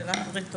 זו שאלה רטורית.